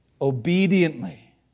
obediently